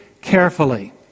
carefully